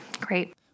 Great